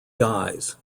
dies